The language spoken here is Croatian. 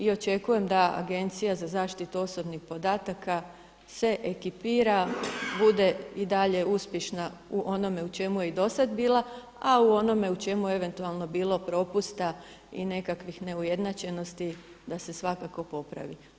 I očekujem da Agencija za zaštitu osobnih podataka se ekipira, bude i dalje uspješna u onome u čemu je i do sada bila, a onome u čemu eventualno bilo propusta i nekakvih neujednačenosti da se svakako popravi.